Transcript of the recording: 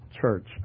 church